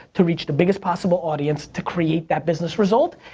to reach the biggest possible audience to create that business result,